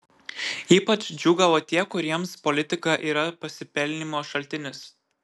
ypač džiūgavo tie kuriems politika yra pasipelnymo šaltinis